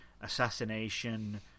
assassination